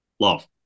love